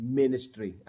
ministry